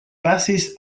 pasis